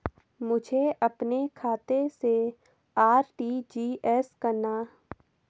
मुझे अपने खाते से आर.टी.जी.एस करना?